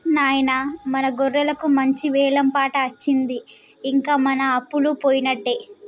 నాయిన మన గొర్రెలకు మంచి వెలం పాట అచ్చింది ఇంక మన అప్పలు పోయినట్టే